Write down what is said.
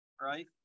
right